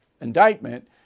indictment